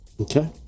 Okay